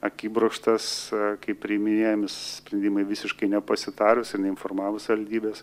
akibrokštas kai priiminėjami sprendimai visiškai nepasitarus ir neinformavus savivaldybės